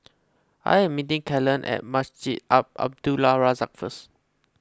I am meeting Kalen at Masjid Al Abdul Razak first